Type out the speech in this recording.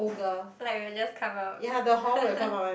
like will just come out